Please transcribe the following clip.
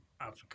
Africa